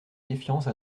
défiance